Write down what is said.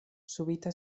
subita